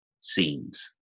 scenes